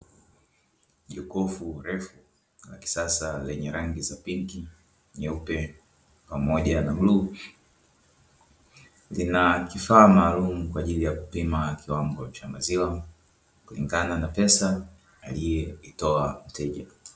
Jokofu refu la kisasa lenye rangi za pinki, nyeupe pamoja na bluu, Lina kifaa maalumu kwa ajili ya kupima kiwango cha maziwa kulingana na pesa aliyoitoa mteja.